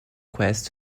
quest